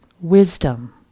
wisdom